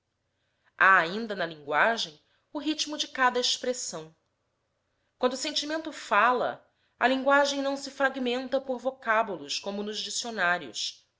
ainda na linguagem o ritmo de cada expressão quando o sentimento fala a linguagem não se fragmenta por vocábulos como nos dicionários